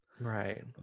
Right